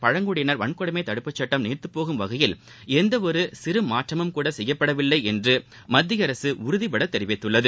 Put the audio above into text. பழங்குடயினர் வன்கொடுமை தடுப்புச் சுட்டம் நீர்த்தப்போகும் வகையில் எந்த ஒரு சிறு மாற்றமும்கூட செய்யப்படவில்லை என்று மத்திய அரசு உறுதிபட தெரிவித்துள்ளது